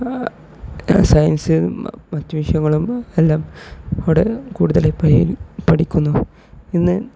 science മറ്റ് വിഷയങ്ങളും എല്ലാം അവിടെ കൂടുതലായി പ പഠിക്കുന്നു ഇന്ന്